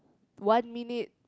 one minute